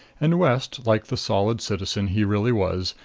and west, like the solid citizen he really was,